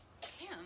Tim